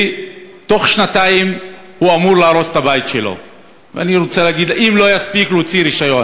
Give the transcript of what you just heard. ובתוך שנתיים הוא אמור להרוס את הבית שלו אם לא יספיק להוציא רישיון.